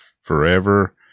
forever